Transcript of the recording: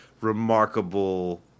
remarkable